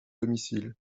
domicile